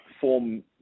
form